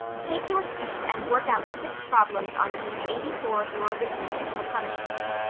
take your seat and work out the six problems on page eighty-four of your arithmetic for punishment,